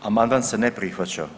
Amandman se ne prihvaća.